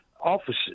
offices